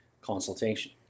consultation